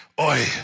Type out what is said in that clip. Oi